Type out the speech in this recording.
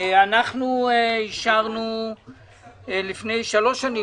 אישרנו לפני שלוש שנים